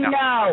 no